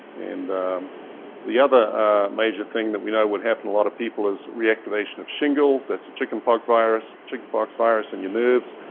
and the other major thing that we know will happen, a lot of people is reactivation of shingles, chicken pox virus, chicken pox virus, and your nerves,